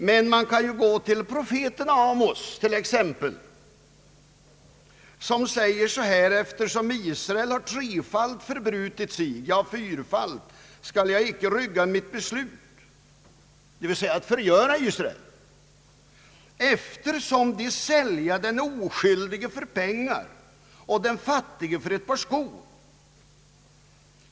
Man kan till exempel gå till profeten Amos, som säger så här: Eftersom Israel har trefalt förbrutit sig, ja, fyrfalt, skall jag icke rygga mitt beslut:» — dvs. att förgöra Israel — »eftersom de sälja den oskyldige för penningar och den fattige för ett par skor.